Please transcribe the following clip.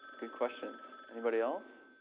good questions. anybody else?